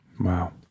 Wow